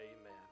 Amen